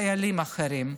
אין לנו חיילים אחרים.